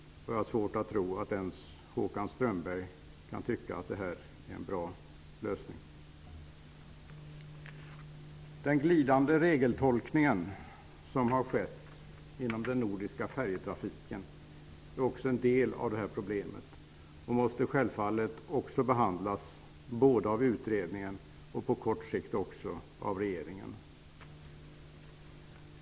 Jag har svårt att tro att ens Håkan Strömberg kan tycka att det här är en bra lösning. Den glidande regeltolkning som skett inom den nordiska färjetrafiken är en del av detta problem och måste självfallet behandlas av utredningen och på kort sikt även av regeringen.